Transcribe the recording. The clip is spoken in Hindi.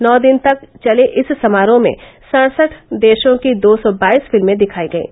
नौ दिन तक चले इस समारोह में सड़सठ देशों की दो सौ बाईस फिल्में दिखाई गईं